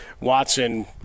Watson